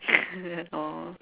oh